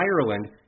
Ireland